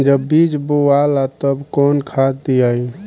जब बीज बोवाला तब कौन खाद दियाई?